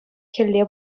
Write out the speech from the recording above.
хӗлле